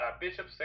Bishop